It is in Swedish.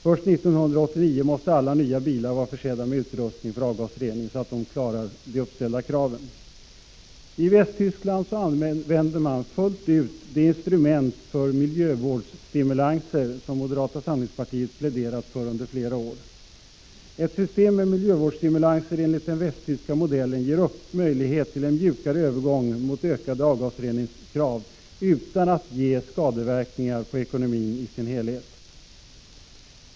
Först 1989 måste alla nya bilar vara försedda med utrustning för avgasrening, så att de klarar de uppställda kraven. I Västtyskland använder man fullt ut det instrument för miljövårdsstimulanser som moderata samlingspartiet pläderat för under flera år. Ett system med miljövårdsstimulanser enligt den västtyska modellen ger möjlighet till en mjukare övergång mot ökade avgasreningskrav utan att ge skadeverkningar på ekonomin i dess helhet.